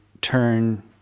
turn